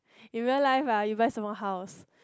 in real life ah you buy 什么 house